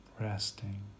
Resting